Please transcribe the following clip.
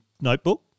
notebook